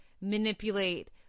manipulate